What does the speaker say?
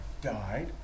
died